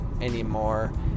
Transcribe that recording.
anymore